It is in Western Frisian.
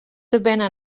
binne